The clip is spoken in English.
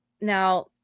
now